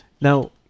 Now